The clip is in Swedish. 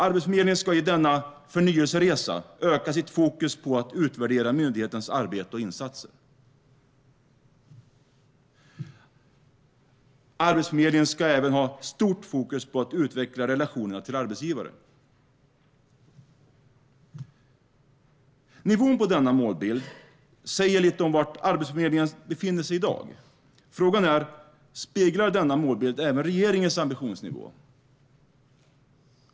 Arbetsförmedlingen ska i denna förnyelseresa öka sitt fokus på att utvärdera myndighetens arbete och insatser. Arbetsförmedlingen ska även ha stort fokus på att utveckla relationerna till arbetsgivare. Nivån på denna målbild säger lite om var Arbetsförmedlingen befinner sig i dag. Frågan är om denna målbild speglar även regeringens ambitionsnivå.